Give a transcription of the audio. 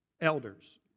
elders